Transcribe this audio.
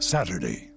Saturday